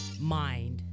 mind